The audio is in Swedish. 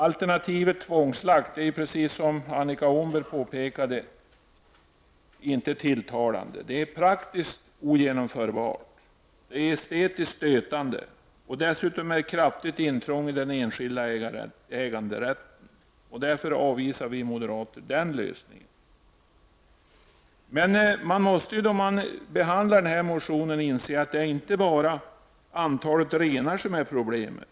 Alternativet tvångsslakt är, som Annika Åhnberg påpekade, inte tilltalande. Det är praktiskt ogenomförbart, det är estetiskt stötande, och dessutom är det ett kraftigt intrång i den enskilda äganderätten. Därför avvisar vi moderater den lösningen. Men man måste då man behandlar den här motionen inse att det inte bara är antalet renar som är problemet.